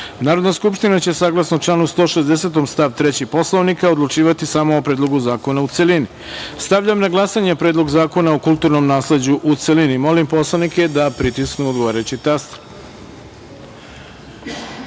Narodna skupština će, saglasno članu 160. stav 3. Poslovnika odlučivati samo o Predlogu zakona u celini. Stavljam na glasanje Predlog zakona o kulturnom nasleđu, u celini. Molim poslanike da pritisnu odgovarajući